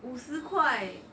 五十块